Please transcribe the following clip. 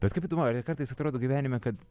bet kaip įdomu ar kartais atrodo gyvenime kad